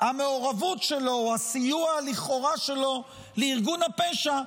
המעורבות שלו או הסיוע לכאורה שלו לארגון הפשע,